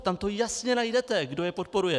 Tam to jasně najdete, kdo je podporuje.